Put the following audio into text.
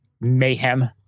mayhem